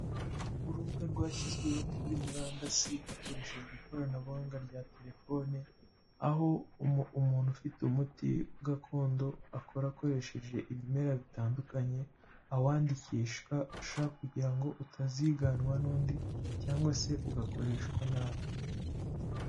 Urubuga rwashyizweho kuri murandasi, hakoreshejwe ikoranabuhanga rya telefone, aho umuntu ufite umuti gakondo akora akoresheje ibimera bitandukanye, awandikisha kugira ngo utaziganwa n'undi, cyangwa se ugakoreshwa nabi.